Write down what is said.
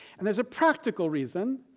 and there is a practical reason.